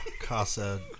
Casa